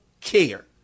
care